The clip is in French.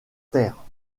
terre